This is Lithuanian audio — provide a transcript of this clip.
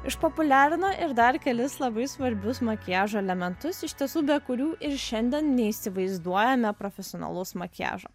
išpopuliarino ir dar kelis labai svarbius makiažo elementus iš tiesų be kurių ir šiandien neįsivaizduojame profesionalaus makiažo